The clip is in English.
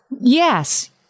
Yes